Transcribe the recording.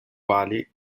quali